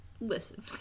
Listen